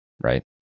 right